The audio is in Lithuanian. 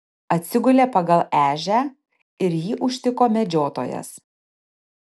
atsigulė pagal ežią ir jį užtiko medžiotojas